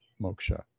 moksha